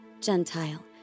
Gentile